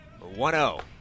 1-0